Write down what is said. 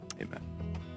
Amen